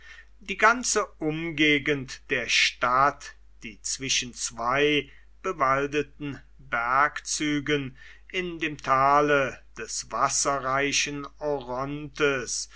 die ganze umgegend der stadt die zwischen zwei bewaldeten bergzügen in dem tale des wasserreichen